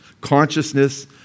consciousness